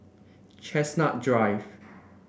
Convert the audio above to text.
Chestnut Drive